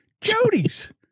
Jody's